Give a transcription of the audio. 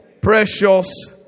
precious